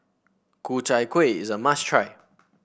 Ku Chai Kueh is a must try